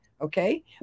Okay